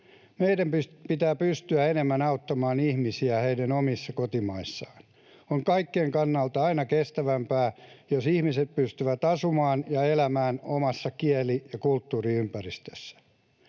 Meidän pitää pystyä enemmän auttamaan ihmisiä heidän omissa kotimaissaan. On kaikkien kannalta aina kestävämpää, jos ihmiset pystyvät asumaan ja elämään omassa kieli- ja kulttuuriympäristössään.